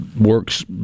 works